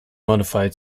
modified